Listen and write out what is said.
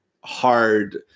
hard